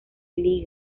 lee